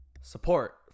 Support